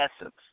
essence